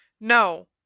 No